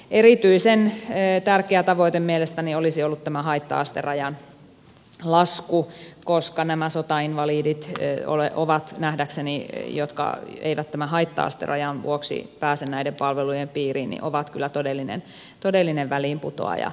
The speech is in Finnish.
erityisen tärkeä tavoite mielestäni olisi ollut tämä haitta asterajan lasku koska nähdäkseni nämä sotainvalidit se ei ole ovat nähdäkseni jotka eivät tämän haitta asterajan vuoksi pääse näiden palvelujen piiriin ovat kyllä todellinen väliinputoajaryhmä